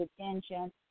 attention